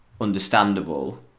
understandable